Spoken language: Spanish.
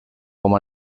como